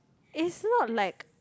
is not like